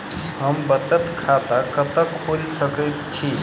हम बचत खाता कतऽ खोलि सकै छी?